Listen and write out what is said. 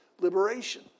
liberation